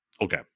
okay